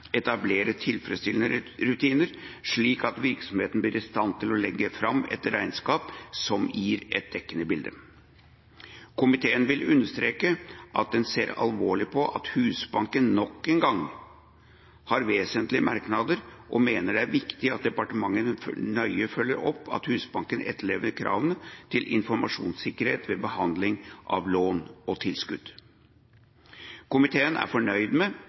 tilfredsstillende rutiner, slik at virksomheten blir i stand til å legge fram et regnskap som gir et dekkende bilde. Komiteen vil understreke at den ser alvorlig på at Husbanken nok en gang har vesentlige merknader, og mener det er viktig at departementet nøye følger opp at Husbanken etterlever kravene til informasjonssikkerhet ved behandling av lån og tilskudd. Komiteen er fornøyd med